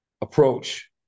approach